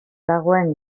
dagoen